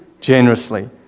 generously